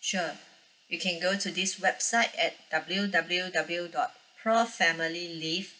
sure you can go to this website at W_W_W dot pro family live